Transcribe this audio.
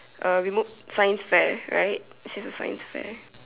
uh we move science fair right it says a science fair